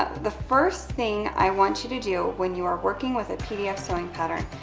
the first thing i want you to do, when you are working with a pdf sewing pattern,